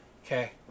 Okay